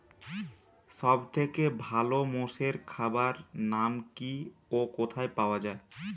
সব থেকে ভালো মোষের খাবার নাম কি ও কোথায় পাওয়া যায়?